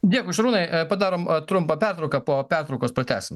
dėkui šarūnai padarom trumpą pertrauką po pertraukos pratęsim